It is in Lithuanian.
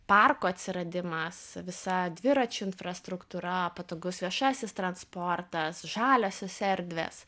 parko atsiradimas visa dviračių infrastruktūra patogus viešasis transportas žaliosios erdvės